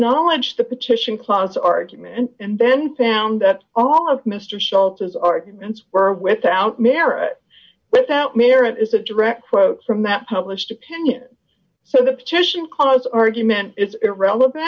acknowledge the petition clause argument and then found that all of mr shelter's arguments were without merit without merit is a direct quote from that published opinion so the petition cause argument is irrelevant